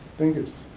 think it's